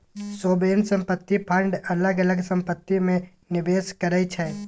sovereign संपत्ति fund अलग अलग संपत्ति मे निबेस करै छै